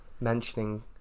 mentioning